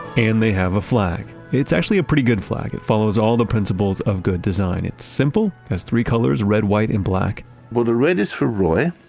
and they have a flag. it's actually a pretty good flag. it follows all the principles of good design. it's simple. it has three colors red, white, and black well, the red is for roy,